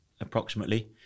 approximately